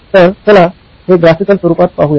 तर चला हे ग्राफिकल स्वरूपात पाहूया